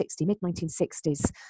mid-1960s